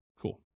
Cool